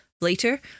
later